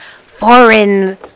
foreign